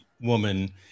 woman